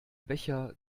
becher